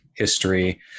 History